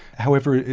however,